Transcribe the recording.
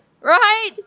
Right